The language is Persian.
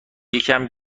یکم